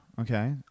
okay